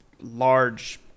large